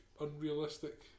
unrealistic